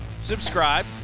Subscribe